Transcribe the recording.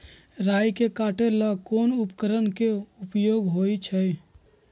राई के काटे ला कोंन उपकरण के उपयोग होइ छई?